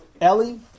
Ellie